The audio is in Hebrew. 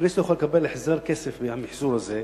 הכנסת יכולה לקבל החזר כסף מהמיחזור הזה,